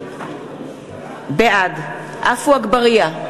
בעד עפו אגבאריה,